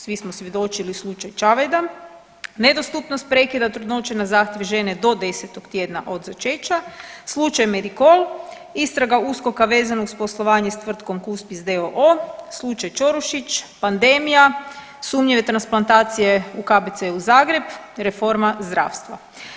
Svi smo svjedočili slučaj Čavajda, nedostupnost prekida trudnoće na zahtjev žene do 10 tjedna od začeća, slučaj Medikol, istraga USKOK-a vezana uz poslovanje s tvrtkom Kuspis d.o.o., slučaj Čorušić, pandemija, sumnjive transplantacije u KBC Zagreb, reforma zdravstva.